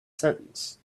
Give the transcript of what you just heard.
sentence